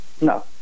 No